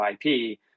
IP